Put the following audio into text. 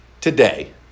today